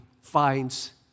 finds